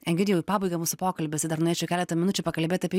egidijau į pabaigą mūsų pokalbis ir dar norėčiau keletą minučių pakalbėt apie